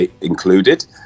included